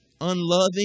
unloving